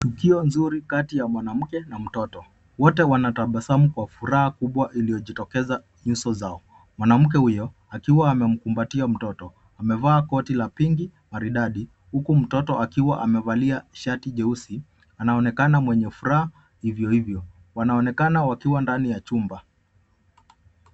Tukio nzuri kati ya mwanamke na mtoto, wote wanatabasamu kwa furaha kubwa iliojitokeza nyuso zao. Mwanamke huyo, akiwa amemkumbatia mtoto, amevaa koti ya pinki maridadi, huku mtoto akiwa amevalia shati jeusi, anaonekana mwenye furaha hivyohivyo. Wanaonekana wakiwa ndani ya chumba.